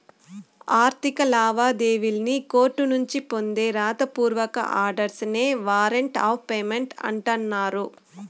ఆర్థిక లావాదేవీల్లి కోర్టునుంచి పొందే రాత పూర్వక ఆర్డర్స్ నే వారంట్ ఆఫ్ పేమెంట్ అంటన్నారు